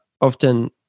often